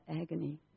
agony